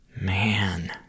Man